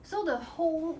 so the whole